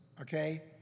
Okay